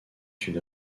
une